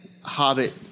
Hobbit